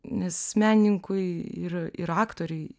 nes menininkui ir ir aktoriui